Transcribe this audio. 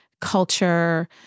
culture